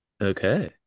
Okay